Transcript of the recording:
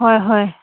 হয় হয়